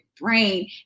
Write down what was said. brain